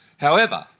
however,